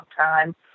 time